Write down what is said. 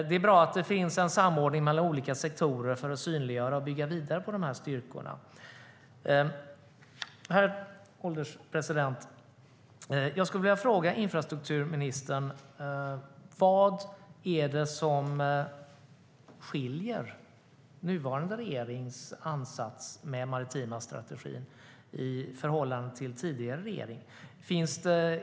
Det är bra att det finns en samordning mellan olika sektorer för att synliggöra och bygga vidare på de styrkorna. Herr ålderspresident! Jag skulle vilja fråga infrastrukturministern vad som skiljer nuvarande regerings ansats med den maritima strategin från den tidigare regeringens.